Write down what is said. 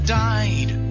died